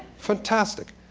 fantastic.